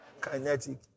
Kinetic